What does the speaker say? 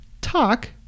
talk